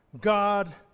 God